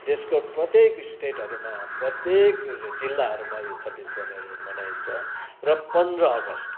देशको प्रत्येक स्टेटहरूमा प्रत्येक जिल्लाहरूमा यो छब्बिस जनवरी मनाइन्छ र पन्ध्र अगस्ट